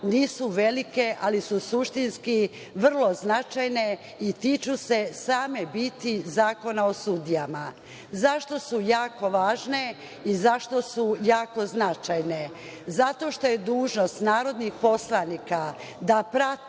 nisu velike, ali su suštinski vrlo značajne i tiču se same biti Zakona o sudijama. Zašto su jako važne i zašto su jako značajne? Zato što je dužnost narodnih poslanika da prati